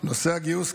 נושא הגיוס,